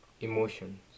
emotions